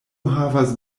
havas